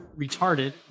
retarded